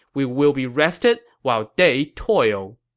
we will be rested while they toil.